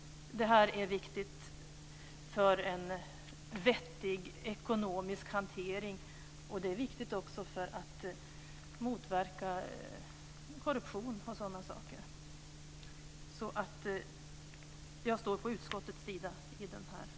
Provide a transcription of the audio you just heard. Detta är viktigt för en vettig ekonomisk hantering och även för att motverka korruption och sådana saker. Jag står i den här frågan på utskottsmajoritetens sida.